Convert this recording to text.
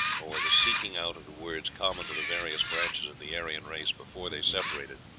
or the seeking out of the words common to the various branches of the aryan race before they separated,